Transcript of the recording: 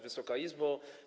Wysoka Izbo!